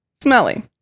Smelly